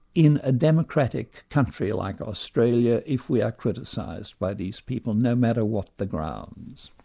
in a democratic country like australia, if we are criticised by these people, no matter what the grounds.